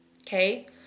Okay